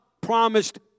promised